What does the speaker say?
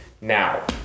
Now